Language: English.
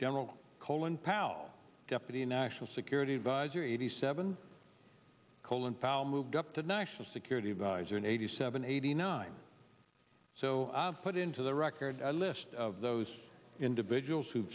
general colin powell deputy national security advisor eighty seven colin powell moved up to national security advisor in eighty seven eighty nine so i've put into the record a list of those individuals who